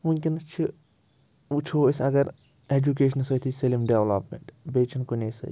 وٕنۍکٮ۪نَس چھِ وٕچھو أسۍ اگر اٮ۪جُکیشنَس سۭتی سٲلِم ڈٮ۪ولَپمٮ۪نٛٹ بیٚیہِ چھِنہٕ کُنے سۭتۍ